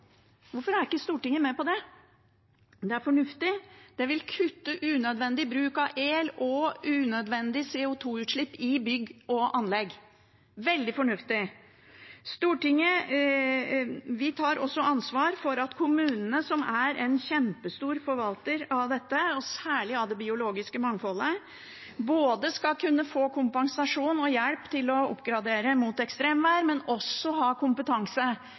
Hvorfor er ikke Stortinget med på det? Det er fornuftig, det vil kutte unødvendig bruk av elektrisitet og unødvendig CO 2 -utslipp i bygg og anlegg – veldig fornuftig. Vi tar også ansvar for at kommunene, som er en kjempestor forvalter av dette, og særlig av det biologiske mangfoldet, både skal kunne få kompensasjon og hjelp til å oppgradere mot ekstremvær, men også ha kompetanse